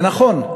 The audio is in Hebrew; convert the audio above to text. ונכון,